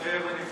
מתחייב אני